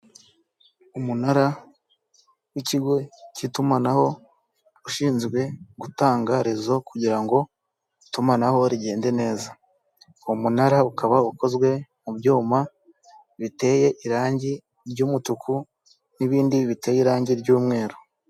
Umunara w'igo cy'itumanaho ushinzwe gutanga rezo kugira ngo itumanaho rigende neza. uwo munara ukaba ukozwe mu byuma biteye irangi ry'umutuku n'ibindi biteye irangi ry'mweru.